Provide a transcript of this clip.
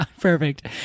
Perfect